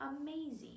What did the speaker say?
amazing